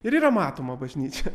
ir yra matoma bažnyčia